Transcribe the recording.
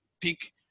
pick